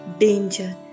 danger